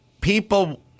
People